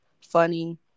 funny